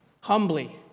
Humbly